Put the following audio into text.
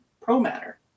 pro-matter